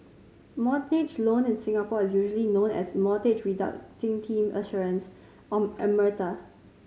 mortgage loan in Singapore is usually known as Mortgage Term Assurance or MRTA